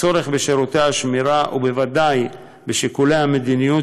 הצורך בשירותי השמירה הוא בוודאי משיקולי המדיניות